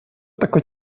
такой